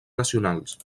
nacionals